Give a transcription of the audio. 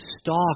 stock